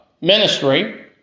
ministry